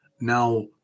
Now